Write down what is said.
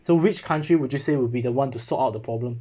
so which country would you say will be the one to sort out the problem